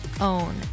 own